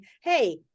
Hey